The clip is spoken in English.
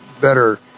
better